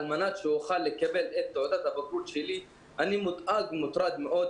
על-מנת לבדוק מה הצרכים שלהם על-מנת להעמיד להם כל מה